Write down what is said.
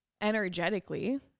energetically